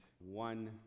one